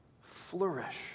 flourish